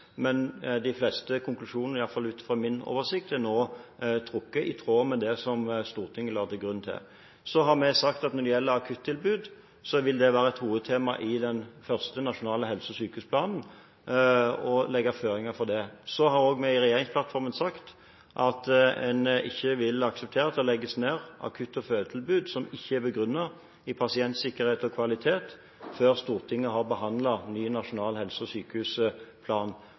men de fleste konklusjonene – iallfall ut fra min oversikt – er nå trukket, i tråd med det som Stortinget la til grunn. Så har vi sagt at når det gjelder akuttilbud, vil det være et hovedtema i den første nasjonale helse- og sykehusplanen å legge føringer for det. Så har vi også i regjeringsplattformen sagt at en ikke vil akseptere at det legges ned akutt- og fødetilbud som ikke er begrunnet i pasientsikkerhet og kvalitet, før Stortinget har behandlet ny nasjonal helse- og sykehusplan.